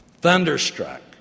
Thunderstruck